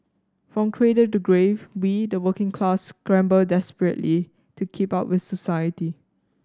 from cradle to grave we the working class scramble desperately to keep up with society